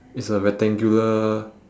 it's a rectangular